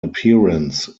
appearance